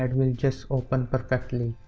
and will just open perfectly